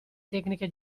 tecniche